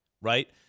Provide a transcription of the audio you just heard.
Right